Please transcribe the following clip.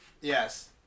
Yes